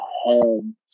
home